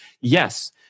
Yes